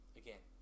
again